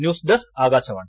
news desk Akashvani